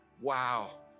Wow